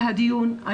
על הדיון הזה,